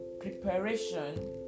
preparation